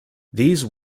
these